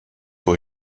pour